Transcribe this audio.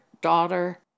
daughter